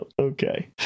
Okay